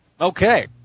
okay